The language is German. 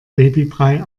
babybrei